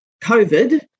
covid